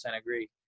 agree